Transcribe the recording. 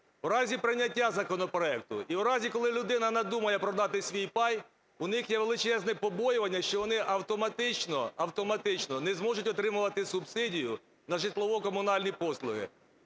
У разі прийняття законопроекту і в разі, коли людина надумає продати свій пай, у них є величезне побоювання, що вони автоматично не зможуть отримувати субсидію на житлово-комунальні послуги.